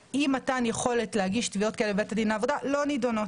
או אי מתן יכולת להגיש תביעות כאלה בבית הדין לעבודה לא נידונות.